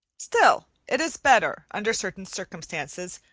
still it is better, under certain circumstances,